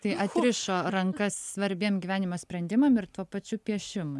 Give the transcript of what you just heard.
tai atrišo rankas svarbiem gyvenimo sprendimam ir tuo pačiu piešimui